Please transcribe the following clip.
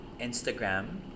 Instagram